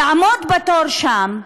לעמוד בתור שם,